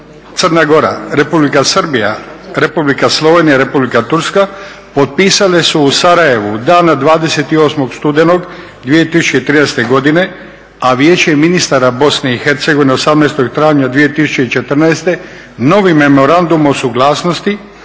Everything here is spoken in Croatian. Crna Gora, Republika Srbija, Republika Slovenija, Republika Turska potpisale su u Sarajevu dana 28. studenog 2013. godine, a vijeće ministara BiH 18. travnja 2014. novim memorandumom o suglasnosti